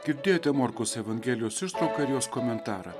girdėjote morkaus evangelijos ištrauką ir jos komentarą